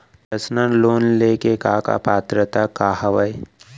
Personal loan ले के का का पात्रता का हवय?